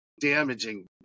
damaging